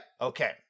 Okay